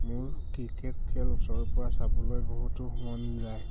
মোৰ ক্ৰিকেট খেল ওচৰৰ পৰা চাবলৈ বহুতো মন যায়